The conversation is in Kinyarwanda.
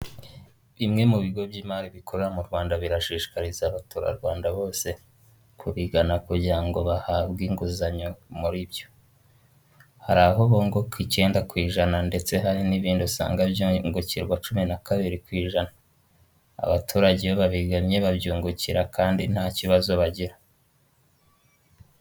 Bimwe mu bigo by'imari bikorera mu Rwanda birashishikariza abaturarwanda bose kubigana kugira ngo bahabwe inguzanyo muri byo. Hari aho bunguka ikenda ku ijana ndetse hari n'ibindi usanga byungurwa cumi na kabiri ku ijana, abaturage babigannye babyungukira kandi nta kibazo bagira.